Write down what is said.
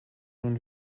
nun